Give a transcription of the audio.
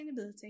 sustainability